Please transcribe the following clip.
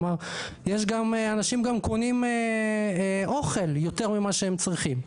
הוא אמר אנשים גם קונים אוכל יותר ממה שהם צריכים.